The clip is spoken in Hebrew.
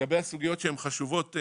לגבי הסוגיות שהן חשובות,